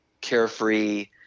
carefree